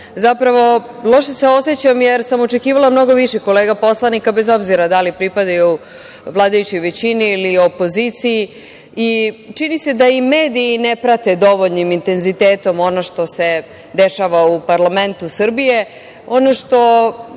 Zapravo, loše se osećam, jer sam očekivala mnogo više kolega poslanika, bez obzira da li pripadaju vladajućoj većini ili opoziciji. Čini se da i mediji ne prate dovoljnim intenzitetom ono što se dešava u parlamentu Srbije. Ono što